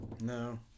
No